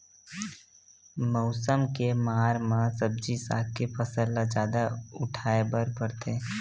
मउसम के मार म सब्जी साग के फसल ल जादा उठाए बर परथे